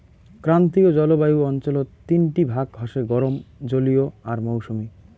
ক্রান্তীয় জলবায়ু অঞ্চলত তিনটি ভাগ হসে গরম, জলীয় আর মৌসুমী